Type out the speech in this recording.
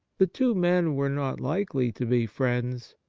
the two men were not likely to be friends.